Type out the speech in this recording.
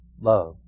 love